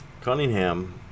Cunningham